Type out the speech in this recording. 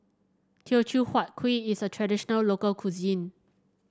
Teochew Huat Kuih is a traditional local cuisine